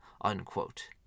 unquote